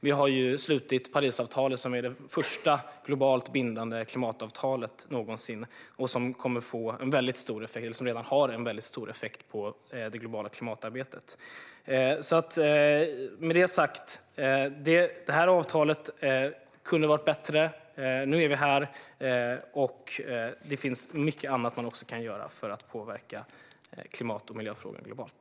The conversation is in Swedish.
Vi har ju slutit Parisavtalet, som är det första globalt bindande klimatavtalet någonsin och som redan har en mycket stark effekt på det globala klimatarbetet. Det här avtalet hade kunnat vara bättre. Nu är vi här, och det finns mycket annat som man också kan göra för att påverka klimat och miljöfrågor globalt.